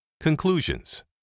Conclusions